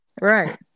Right